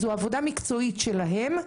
זאת עבודה מקצועית שלהם.